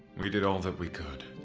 we did all that we could!